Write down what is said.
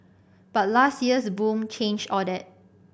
but last year's boom changed all that